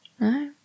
No